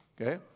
okay